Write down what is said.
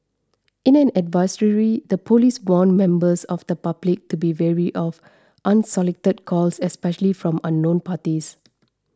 in an advisory the police warned members of the public to be wary of unsolicited calls especially from unknown parties